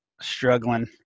struggling